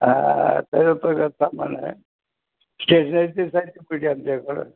हा सामान आहे स्टेशनरीची आमच्याकडं